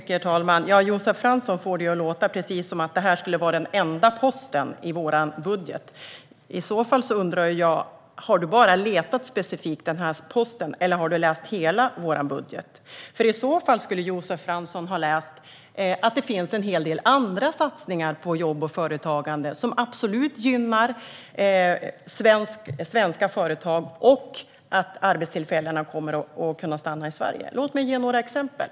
Herr talman! Josef Fransson får det att låta precis som att det här skulle vara den enda posten i vår budget. Jag undrar: Har du bara letat specifikt efter den här posten, Josef Fransson, eller har du läst hela vår budget? I det senare fallet skulle du ha läst att det finns en hel del satsningar på jobb och företagande som absolut gynnar svenska företag och bidrar till att arbetstillfällena kommer att kunna stanna i Sverige. Låt mig ge några exempel!